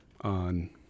On